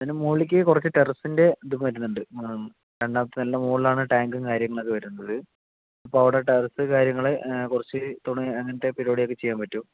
പിന്നെ മുകളിലേക്ക് കുറച്ച് ടെറസിൻ്റെ ഇതും വരുന്നുണ്ട് രണ്ടാമത്തെ നിലേൻ്റെ മുകളിലാണ് ടാങ്കും കാര്യങ്ങളൊക്കെ വരുന്നത് അപ്പോൾ അവിടെ ടെറസ് കാര്യങ്ങള് കുറച്ച് തുണി അങ്ങനത്തെ പരിപാടിയൊക്കെ ചെയ്യാൻ പറ്റും